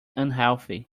unhealthy